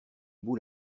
bout